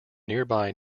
nearby